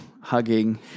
hugging